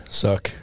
suck